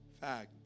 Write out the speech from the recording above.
fact